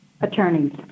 attorneys